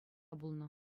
пулнӑ